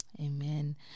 Amen